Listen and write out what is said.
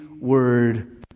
word